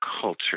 culture